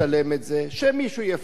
שמישהו יפרסם את זה,